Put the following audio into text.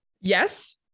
Yes